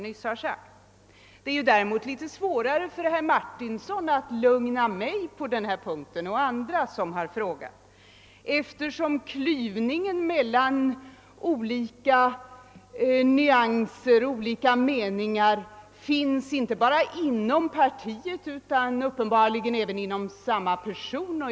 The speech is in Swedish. Däremot är det lite svårare för herr Martinsson att lugna mig och andra som ställt frågor på den här punkten, eftersom det finns en klyvning när det gäller nyanser och uppfattningar inte bara inom partiet utan uppenbarligen även hos en och samma person.